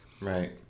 Right